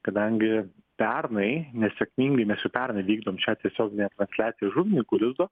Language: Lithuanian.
kadangi pernai nesėkmingai mes jau pernai vykdom šią tiesioginę transliaciją iš žuvininkų lizdo